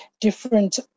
different